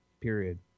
period